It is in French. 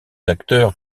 acteurs